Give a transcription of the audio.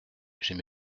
j’ai